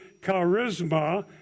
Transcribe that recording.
charisma